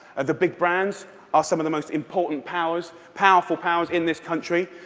the big brands are some of the most important powers, powerful powers, in this country.